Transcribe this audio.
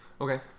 okay